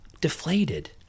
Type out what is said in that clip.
deflated